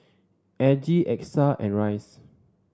Aggie Exa and Rice